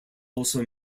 also